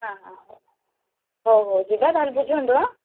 ହଁ ହଁ ହଉ ହଉ ଯିବା ତା'ହେଲେ ବୁଝନ୍ତୁ ହାଁ